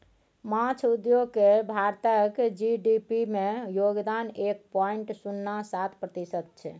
माछ उद्योग केर भारतक जी.डी.पी मे योगदान एक पॉइंट शुन्ना सात प्रतिशत छै